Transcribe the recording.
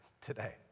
today